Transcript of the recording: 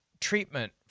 treatment